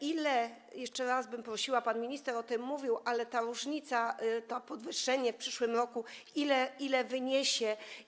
Ile, jeszcze raz bym prosiła, pan minister o tym mówił, ta różnica, to podwyższenie w przyszłym roku wyniesie?